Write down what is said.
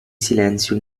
silenzio